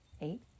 Eight